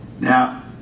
Now